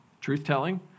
truth-telling